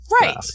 right